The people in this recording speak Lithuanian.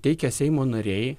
teikia seimo nariai